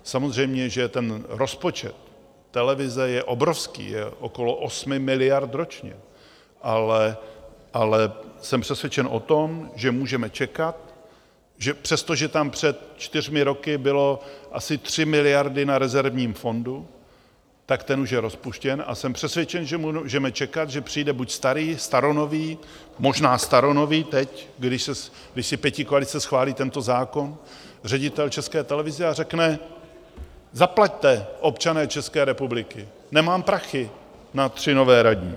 Samozřejmě že rozpočet televize je obrovský, okolo 8 miliard ročně, ale jsem přesvědčen o tom, že můžeme čekat, že přestože tam před čtyřmi roky byly asi 3 miliardy na rezervním fondu, tak ten už je rozpuštěn, a jsem přesvědčen, že můžeme čekat, že přijde buď starý, staronový, možná staronový teď, když si pětikoalice schválí tento zákon, ředitel České televize a řekne: Zaplaťte, občané České republiky, nemám prachy na tři nové radní.